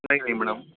नहीं नहीं मैडम